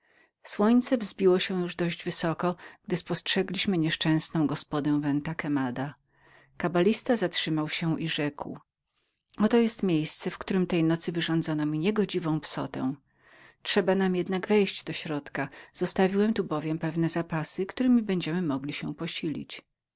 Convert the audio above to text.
słońce wzbiło się już wysoko gdy spostrzegliśmy nieszczęsną gospodę venta quemadaventa quemada kabalista zatrzymał się i rzekł oto jest miejsce w którem tej nocy wyrządzono mi niegodziwą psotę trzeba nam jednak wejść do tej przeklętej gospody zostawiłem tu bowiem niektóre zapasy któremi będziemy mogli się posilić